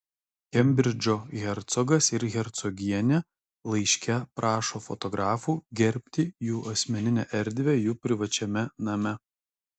kembridžo hercogas ir hercogienė laiške prašo fotografų gerbti jų asmeninę erdvę jų privačiame name